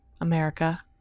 America